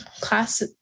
class